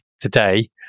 today